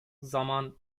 zaman